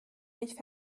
nicht